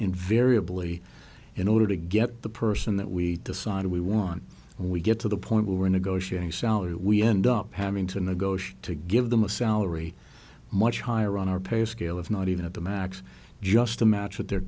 invariably in order to get the person that we decided we want and we get to the point where we're negotiating salary we end up having to negotiate to give them a salary much higher on our pay scale of not even at the max just to match what they're